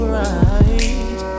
right